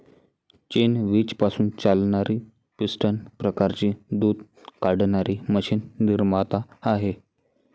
चीन वीज पासून चालणारी पिस्टन प्रकारची दूध काढणारी मशीन निर्माता आहे